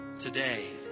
today